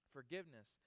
Forgiveness